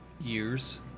Years